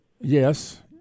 yes